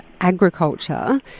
Agriculture